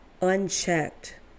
unchecked